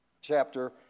chapter